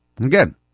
Again